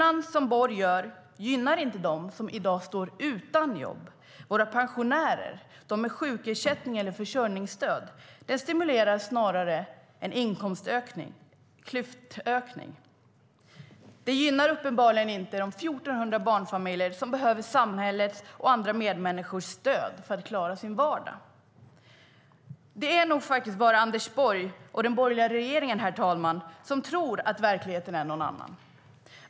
Anders Borgs stimulans gynnar inte dem som i dag står utan jobb: våra pensionärer och de med sjukersättning eller försörjningsstöd. Snarare stimuleras en klyftökning. Stimulansen gynnar uppenbarligen inte de 1 400 barnfamiljer som behöver samhällets och andra medmänniskors stöd för att klara sin vardag. Det är nog faktiskt bara Anders Borg och den borgerliga regeringen, herr talman, som tror att verkligheten är en annan.